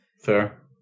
Fair